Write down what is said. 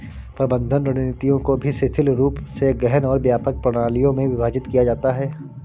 प्रबंधन रणनीतियों को भी शिथिल रूप से गहन और व्यापक प्रणालियों में विभाजित किया जाता है